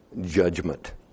judgment